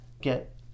get